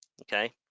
okay